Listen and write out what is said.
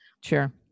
Sure